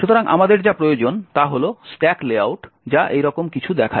সুতরাং আমাদের যা প্রয়োজন তা হল স্ট্যাক লে আউট যা এইরকম কিছু দেখায়